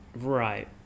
Right